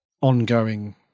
ongoing